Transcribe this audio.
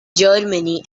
germany